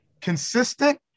consistent